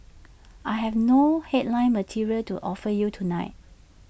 I have no headline material to offer you tonight